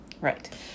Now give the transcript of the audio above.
Right